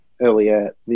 earlier